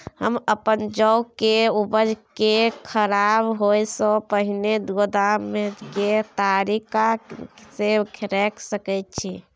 हम अपन जौ के उपज के खराब होय सो पहिले गोदाम में के तरीका से रैख सके छी?